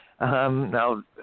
Now